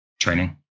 training